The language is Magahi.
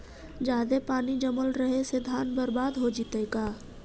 जादे पानी जमल रहे से धान बर्बाद हो जितै का?